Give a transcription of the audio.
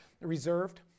reserved